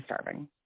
starving